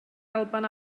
alban